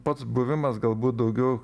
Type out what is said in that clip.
pats buvimas galbūt daugiau